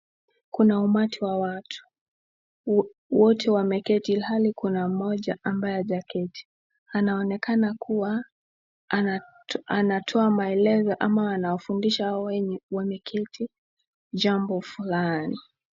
Kuna umati wa watu. Wote wameketi ilhali kuna mmoja ambaye hajaketi. Anaonekana kuwa anatoa maelezo ama anafundisha watu wenye wameketi jambo fulani.